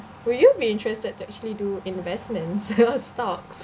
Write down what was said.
will you be interested to actually do investments or stocks